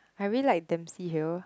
I really like Dempsey Hill